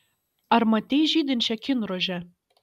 ar matei žydinčią kinrožę